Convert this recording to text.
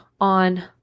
on